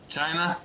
China